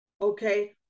Okay